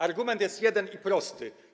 Argument jest jeden i prosty.